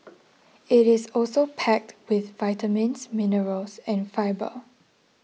it is also packed with vitamins minerals and fibre